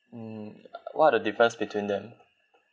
mm what are the difference between them